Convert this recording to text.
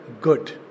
good